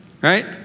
right